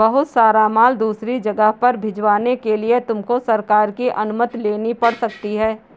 बहुत सारा माल दूसरी जगह पर भिजवाने के लिए तुमको सरकार की अनुमति लेनी पड़ सकती है